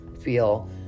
feel